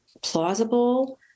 plausible